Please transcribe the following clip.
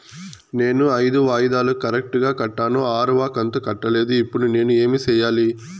నేను ఐదు వాయిదాలు కరెక్టు గా కట్టాను, ఆరవ కంతు కట్టలేదు, ఇప్పుడు నేను ఏమి సెయ్యాలి?